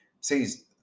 says